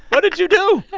what did you do?